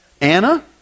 Anna